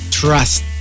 trust